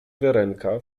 wiarenka